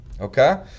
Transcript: okay